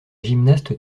gymnaste